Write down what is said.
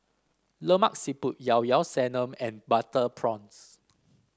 Lemak Siput Llao Llao Sanum and Butter Prawns